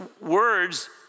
words